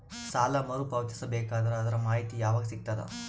ಸಾಲ ಮರು ಪಾವತಿಸಬೇಕಾದರ ಅದರ್ ಮಾಹಿತಿ ಯವಾಗ ಸಿಗತದ?